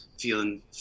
feeling